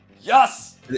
Yes